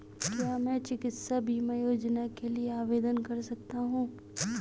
क्या मैं चिकित्सा बीमा योजना के लिए आवेदन कर सकता हूँ?